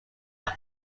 عشق